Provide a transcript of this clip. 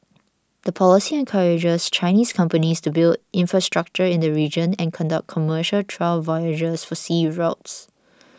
the policy encourages Chinese companies to build infrastructure in the region and conduct commercial trial voyages for sea routes